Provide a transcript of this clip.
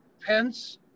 Pence